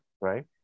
right